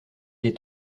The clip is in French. est